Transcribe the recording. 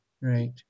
Right